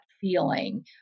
feeling